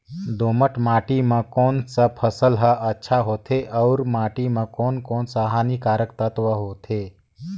दोमट माटी मां कोन सा फसल ह अच्छा होथे अउर माटी म कोन कोन स हानिकारक तत्व होथे?